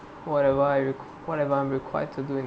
whatever I re~ whatever I'm required to do